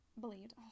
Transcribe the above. believed